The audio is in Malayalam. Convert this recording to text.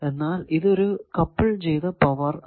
എന്നാൽ ഇത് ഒരു കപിൾ ചെയ്ത പവർ അല്ല